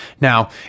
Now